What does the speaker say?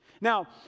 Now